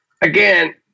again